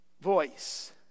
voice